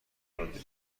رابطه